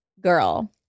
girl